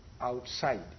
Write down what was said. outside